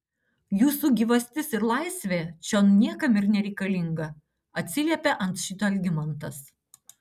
jūsų gyvastis ir laisvė čion niekam ir nereikalinga atsiliepė ant šito algimantas